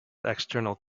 external